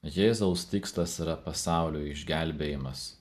jėzaus tikslas yra pasaulio išgelbėjimas